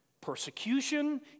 persecution